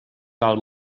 val